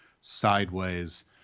sideways